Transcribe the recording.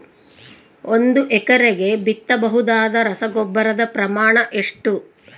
ಒಂದು ಎಕರೆಗೆ ಬಿತ್ತಬಹುದಾದ ರಸಗೊಬ್ಬರದ ಪ್ರಮಾಣ ಎಷ್ಟು?